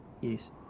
Yes